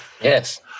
Yes